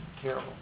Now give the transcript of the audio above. terrible